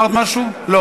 לא.